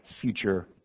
future